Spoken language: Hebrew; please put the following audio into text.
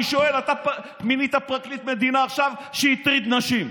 אני שואל, אתה מינית פרקליט מדינה שהטריד נשים.